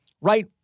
right